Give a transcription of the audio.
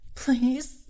please